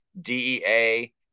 dea